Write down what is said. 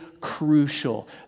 crucial